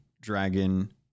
Dragon